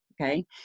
okay